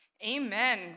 Amen